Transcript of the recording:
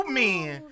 men